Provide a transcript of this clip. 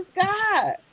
God